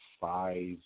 five